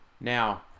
Now